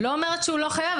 אני לא אומרת שהוא לא חייב,